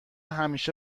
همیشه